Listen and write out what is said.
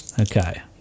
Okay